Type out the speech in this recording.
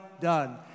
done